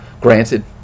Granted